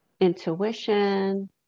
intuition